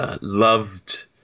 Loved